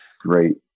Great